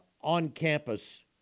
on-campus